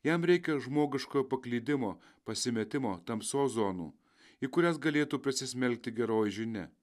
jam reikia žmogiškojo paklydimo pasimetimo tamsos zonų į kurias galėtų prasismelkti geroji žinia